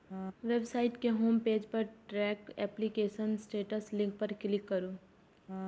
website के home page पर track application status link पर क्लिक करू